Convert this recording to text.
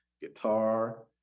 guitar